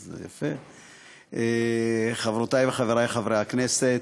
יפה, חברותי וחברי חברי הכנסת,